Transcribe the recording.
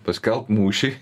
paskelbt mūšį